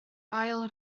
ail